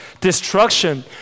destruction